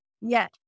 Yes